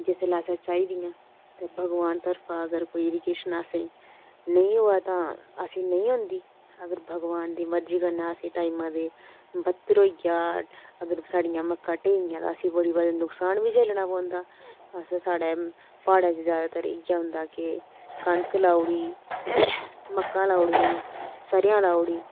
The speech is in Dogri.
जिसलै असें चाहिदियां ते भगवान तरफा अगर कोई इरीगेशन असें नेईं होऐ तां असें नेईं होंदी अगर भगवान दी मर्जी कन्नै असें टाइमा दे बत्तर होई जा अगर साढ़ियां मक्कां ढेई गेइयां तां असें बड़े बारी नुकसान बी झल्लना पौंदा अस साढ़े प्हाडैं च ज्यादातर इ'यै होंदा कि कनक लाउड़ी मक्कां लाउड़ियां सरेआं लाउड़ी